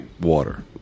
water